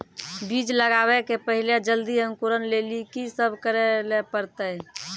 बीज लगावे के पहिले जल्दी अंकुरण लेली की सब करे ले परतै?